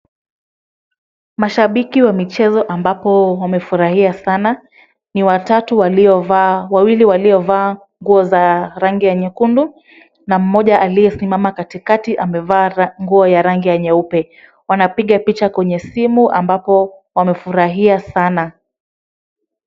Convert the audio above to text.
Mashabiki wa michezo ambapo wamefurahia sana, ni watatu waliovaa, wawili waliovaa nguo za rangi ya nyekundu na mmoja aliyesimama katikati amevaa nguo ya rangi ya nyeupe. Wanapiga picha kwenye simu ambapo wamefurahia sana.